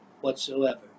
whatsoever